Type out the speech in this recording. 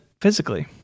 physically